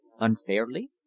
Unfairly